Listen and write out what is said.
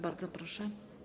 Bardzo proszę.